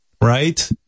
right